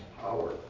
power